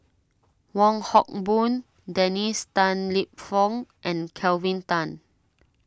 Wong Hock Boon Dennis Tan Lip Fong and Kelvin Tan